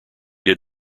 did